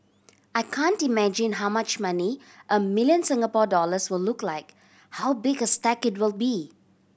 I can't imagine how much money a million Singapore dollars will look like how big a stack it will be